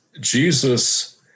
Jesus